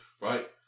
right